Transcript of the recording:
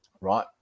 right